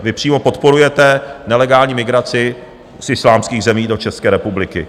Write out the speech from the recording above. Vy přímo podporujete nelegální migraci z islámských zemí do České republiky.